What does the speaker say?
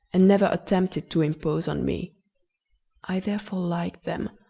and never attempted to impose on me i therefore liked them,